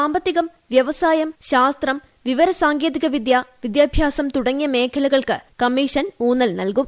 സാമ്പത്തികം വ്യാവസായം സാംസ്കാരം ശാസ്ത്രം വിവരസാങ്കേതിക വിദ്യ വിദ്യാഭ്യാസം തുടങ്ങിയ മേഖലകൾക്ക് കമ്മീഷൻ ഊന്നൽ നൽകും